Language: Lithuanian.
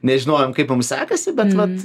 nežinojom kaip mums sekasi bet vat